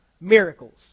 miracles